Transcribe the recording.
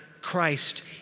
Christ